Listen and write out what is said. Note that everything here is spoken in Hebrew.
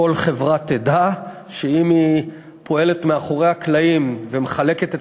כל חברה תדע שאם היא פועלת מאחורי הקלעים ומחלקת את